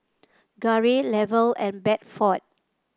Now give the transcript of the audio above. Garey Lavelle and Bedford